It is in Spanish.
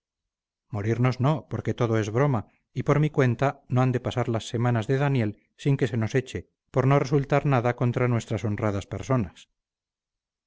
morirnos no porque todo es broma y por mi cuenta no han de pasar las semanas de daniel sin que se nos eche por no resultar nada contra nuestras honradas personas